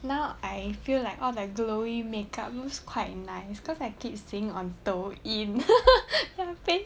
now I feel like all the glowing makeup looks quite nice cause I keep seeing on 抖音